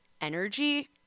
energy